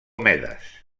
medes